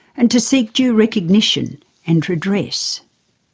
and to seek due recognition and redress.